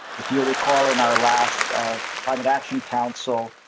if you recall in our last climate action council.